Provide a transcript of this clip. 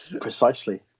Precisely